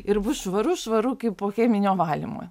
ir bus švaru švaru kaip po cheminio valymo